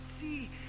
see